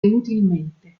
inutilmente